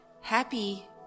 Happy